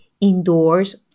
indoors